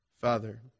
Father